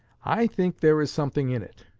i think there is something in it.